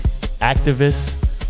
activists